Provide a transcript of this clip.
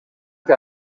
que